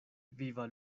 viva